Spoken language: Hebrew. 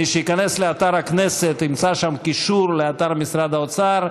מי שייכנס לאתר הכנסת ימצא שם קישור לאתר משרד האוצר,